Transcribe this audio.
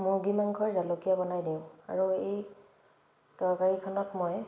মুৰ্গী মাংসৰ জালুকীয়া বনাই দিওঁ আৰু এই তৰকাৰীখনত মই